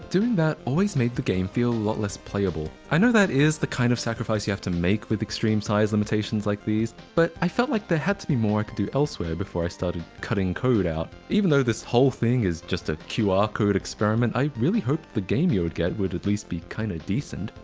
doing that always made the game feel a lot less playable. i know that is the kind of sacrifice you have to make with extreme size limitations like these, but i felt like there had to be more i could do elsewhere before i started cutting code out. even though this whole thing is just a qr code experiment, i really hoped the game you would get would be at least kinda kind of decent.